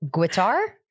Guitar